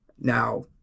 now